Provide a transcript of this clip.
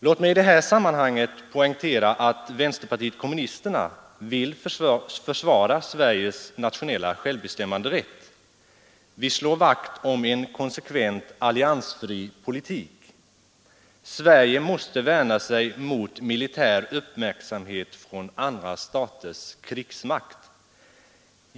Låt mig i det här sammanhanget poängtera att vänsterpartiet kommunisterna vill försvara Sveriges nationella självbestämmanderätt. Vi slår vakt om en konsekvent alliansfri politik. Sverige måste värna sig mot militär uppmärksamhet från andra staters krigsmakt.